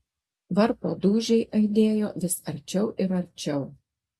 varpo dūžiai aidėjo vis arčiau ir arčiau